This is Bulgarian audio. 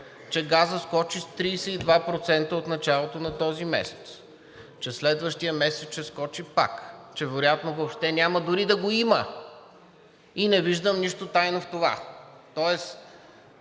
че газът скочи с 32% от началото на този месец, че следващият месец ще скочи пак, че вероятно въобще дори няма да го има и не виждам нищо тайно в това,